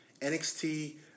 NXT